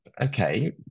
Okay